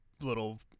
little